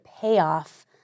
payoff